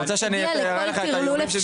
אתה רוצה שאני אציג בפניך את האיומים של